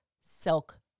silk